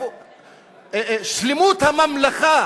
שלמות הממלכה